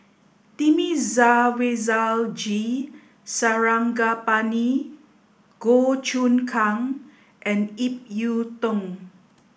Thamizhavel G Sarangapani Goh Choon Kang and Ip Yiu Tung